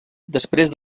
després